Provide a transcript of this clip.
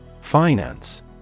Finance